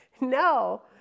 No